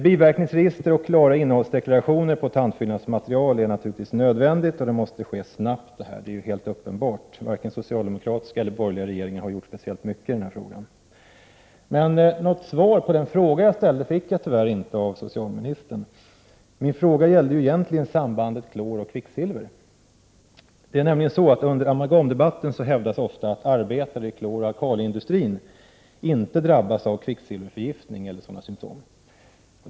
Biverkningsregister och klara innehållsdeklarationer på tandfyllnadsmaterial är naturligtvis nödvändiga. Och det måste ske snabbt — det är helt uppenbart. Varken socialdemokratiska eller borgerliga regeringar har gjort speciellt mycket i den här frågan. Något svar på den fråga jag ställt fick jag tyvärr inte av socialministern. Min fråga gällde ju egentligen sambandet mellan klor och kvicksilver. Det är nämligen så att det under amalgamdebatten ofta hävdas att arbetare i klor-alkaliindustrin inte drabbas av kvicksilverförgiftning eller symtom på sådan.